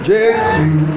Jesus